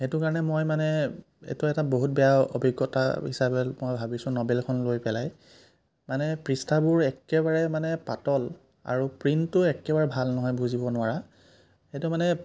সেইটো কাৰণে মই মানে এইটো এটা বহুত বেয়া অভিজ্ঞতা হিচাপে মই ভাবিছোঁ নবেলখন লৈ পেলাই মানে পৃষ্ঠাবোৰ একেবাৰে মানে পাতল আৰু প্ৰিণ্টটো একেবাৰে ভাল নহয় বুজিব নোৱাৰা সেইটো মানে